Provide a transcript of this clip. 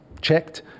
checked